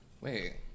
Wait